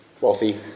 wealthy